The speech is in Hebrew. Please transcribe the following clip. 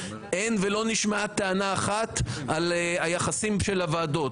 אין ולא נשמעה טענה אחת על היחסים של הוועדות.